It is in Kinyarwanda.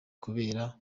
kubera